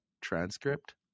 transcript